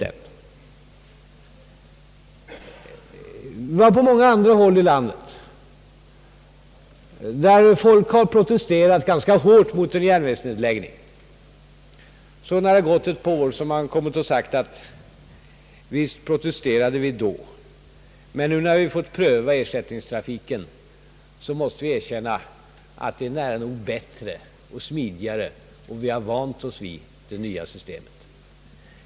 Det har förekommit på många andra håll i landet att folk har protesterat ganska hårt mot en järnvägsnedläggning, men när det har gått ett par år har man sagt: Visst protesterade vi då, men nu, när vi har fått pröva ersättningstrafiken, måste vi erkänna att den är nära nog bättre och smidigare och att vi har vant oss vid det nya systemet.